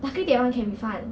luckily that one can refund